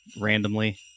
randomly